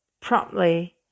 promptly